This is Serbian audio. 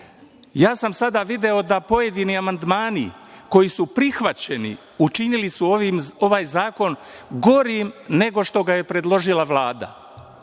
ja sam sada video da pojedini amandmani koji su prihvaćeni učinili su ovaj zakon gorim nego što ga je predložila